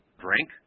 drink